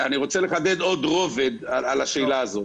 אני רוצה לחדד עוד רובד על השאלה הזאת.